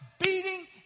beating